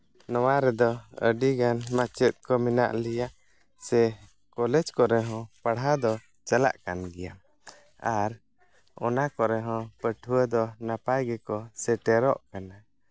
ᱱᱚᱣᱟ ᱨᱮᱫᱚ ᱟᱹᱰᱤᱜᱟᱱ ᱢᱟᱪᱮᱫ ᱠᱚ ᱢᱮᱱᱟᱜ ᱞᱮᱭᱟ ᱥᱮ ᱠᱚᱞᱮᱡᱽ ᱠᱚᱨᱮ ᱦᱚᱸ ᱯᱟᱲᱦᱟᱣ ᱫᱚ ᱪᱟᱞᱟᱜ ᱠᱟᱱ ᱜᱮᱭᱟ ᱟᱨ ᱚᱱᱟ ᱠᱚᱨᱮ ᱦᱚᱸ ᱯᱟᱹᱴᱷᱩᱣᱟᱹ ᱫᱚ ᱱᱟᱯᱟᱭ ᱜᱮᱠᱚ ᱥᱮᱴᱮᱨᱚᱜ ᱠᱟᱱᱟ